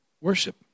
worship